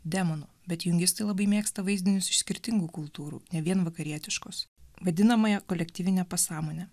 demonu bet jungistai labai mėgsta vaizdinius iš skirtingų kultūrų ne vien vakarietiškos vadinamąją kolektyvinę pasąmonę